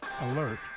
Alert